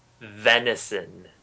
Venison